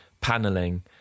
paneling